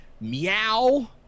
meow